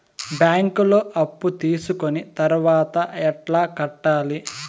బ్యాంకులో అప్పు తీసుకొని తర్వాత ఎట్లా కట్టాలి?